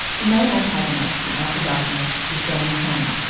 the main antagonist in after darkness is johnny chang,